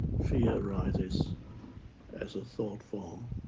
fear arises as a thought form,